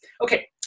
Okay